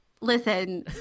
Listen